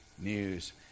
news